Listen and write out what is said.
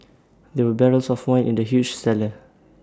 there were barrels of wine in the huge cellar